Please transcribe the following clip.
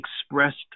expressed